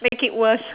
make it worse